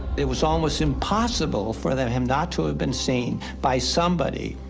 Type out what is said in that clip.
it was almost impossible for them not to have been seen by somebody.